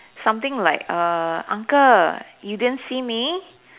something like err uncle you didn't see me